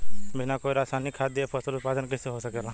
बिना कोई रसायनिक खाद दिए फसल उत्पादन कइसे हो सकेला?